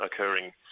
occurring